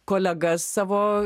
kolegas savo